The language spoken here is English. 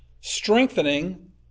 strengthening